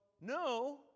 no